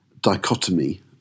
dichotomy